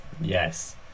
yes